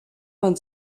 man